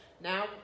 Now